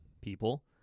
people